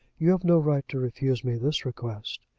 you have no right to refuse me this request.